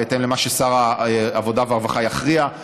בהתאם למה ששר העבודה והרווחה יכריע,